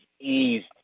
eased